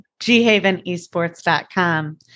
ghavenesports.com